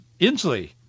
Inslee